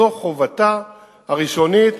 זאת חובתה הראשונית.